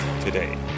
today